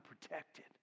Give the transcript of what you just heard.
protected